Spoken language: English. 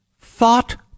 thought